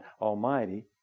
Almighty